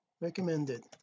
recommended